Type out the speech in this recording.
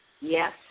Yes